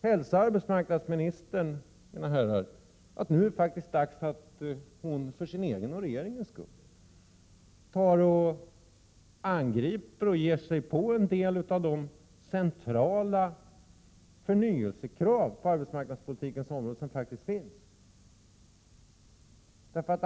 Hälsa arbetsmarknadsministern, mina herrar, att nu är det faktiskt dags att hon för sin egen och regeringens skull ger sig på en del av de centrala förnyelsekraven på arbetsmarknadspolitikens område.